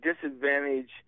disadvantage